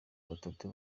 batatu